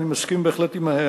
אני מסכים בהחלט עם ההערה,